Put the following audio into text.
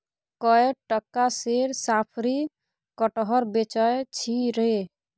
कए टका सेर साफरी कटहर बेचय छी रे